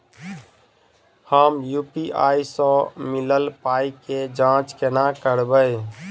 हम यु.पी.आई सअ मिलल पाई केँ जाँच केना करबै?